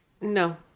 No